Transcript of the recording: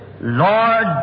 Lord